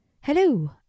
Hello